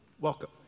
Welcome